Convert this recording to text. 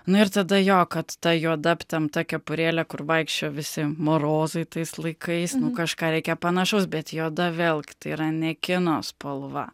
na ir tada jo kad ta juoda aptempta kepurėlė kur vaikščiojo visi morozai tais laikais nu kažką reikia panašaus bet juoda velgi tai yra ne kino spalva